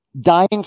dying